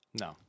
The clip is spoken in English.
no